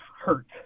hurt